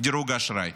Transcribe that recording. דירוג האשראי,